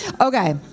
Okay